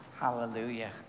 Hallelujah